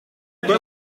quoi